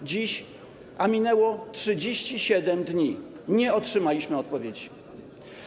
Do dziś, a minęło 37 dni, nie otrzymaliśmy odpowiedzi.